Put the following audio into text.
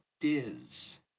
Diz